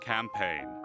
Campaign